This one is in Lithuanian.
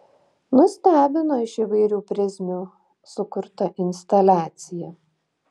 nustebino iš įvairių prizmių sukurta instaliacija